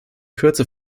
kürze